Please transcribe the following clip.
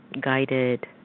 guided